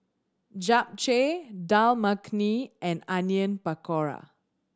Japchae Dal Makhani and Onion Pakora